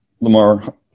Lamar